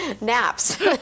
naps